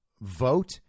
vote